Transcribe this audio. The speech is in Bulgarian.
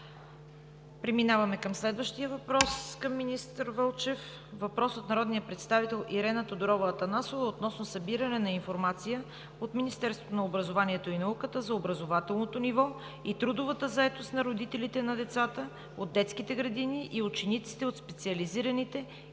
Преминаваме към въпрос от народния представител Ирена Тодорова Анастасова относно събиране на информация от Министерството на образованието и науката за образователното ниво и трудовата заетост на родителите на децата от детските градини и учениците от специализираните